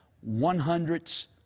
one-hundredths